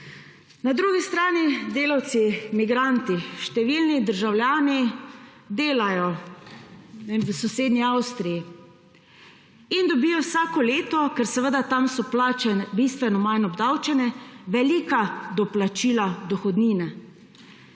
Na drugi strani delavci migranti, številni državljani delajo, ne vem, v sosednji Avstriji in dobijo vsako leto, ker seveda tam so plače bistveno manj obdavčene, velika doplačila dohodnine.